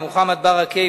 מוחמד ברכה,